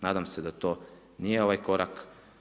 Nadam se da to nije ovaj korak.